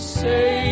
say